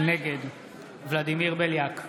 נגד ולדימיר בליאק,